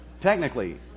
Technically